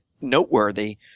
noteworthy